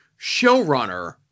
showrunner